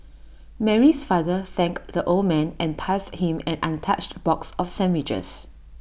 Mary's father thanked the old man and passed him an untouched box of sandwiches